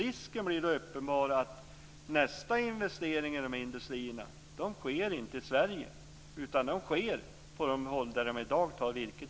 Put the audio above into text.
Risken för att nästa investering för dessa industrier inte sker i Sverige är uppenbar. Den sker på de håll varifrån man i dag tar virket.